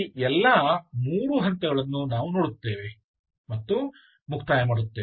ಈ ಎಲ್ಲಾ ಮೂರು ಹಂತಗಳನ್ನು ನಾವು ನೋಡುತ್ತೇವೆ ಮತ್ತು ಮುಕ್ತಾಯಮಾಡುತ್ತೇವೆ